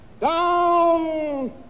down